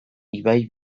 ibai